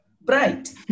Bright